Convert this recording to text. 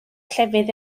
llefydd